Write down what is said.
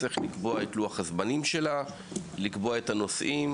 צריך לקבוע את לוח הזמנים שלה ואת הנושאים,